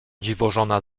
dziwożona